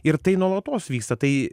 ir tai nuolatos vyksta tai